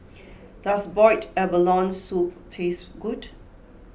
does Boiled Abalone Soup taste good